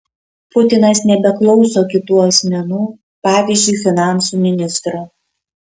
putinas nebeklauso kitų asmenų pavyzdžiui finansų ministro